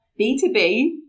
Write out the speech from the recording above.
B2B